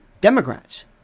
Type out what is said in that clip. Democrats